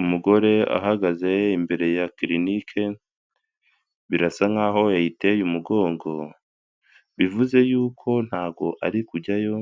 Umugore ahagaze imbere ya kirinike birasa nk'aho yayiteye umugongo bivuze y'uko ntago ari kujyayo